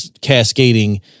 cascading